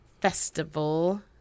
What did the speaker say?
Festival